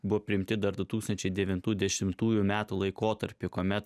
buvo priimti dar du tūkstančiai devintų dešimtųjų laikotarpy kuomet